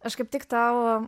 aš kaip tik tau